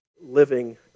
living